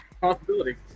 possibility